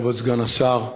כבוד סגן השר,